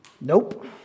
Nope